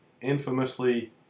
infamously